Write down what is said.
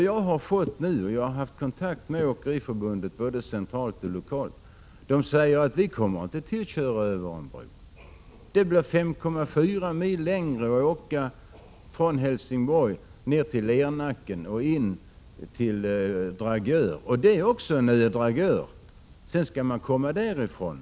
Jag har haft kontakt med Åkeriförbundet både centralt och lokalt, och det säger: Vi kommer inte att köra över någon bro. Det blir 5,4 mil längre att åka från Helsingborg ner till Lernacken och in till Dragör. Dragör ligger också på en ö, och sedan skall man komma därifrån.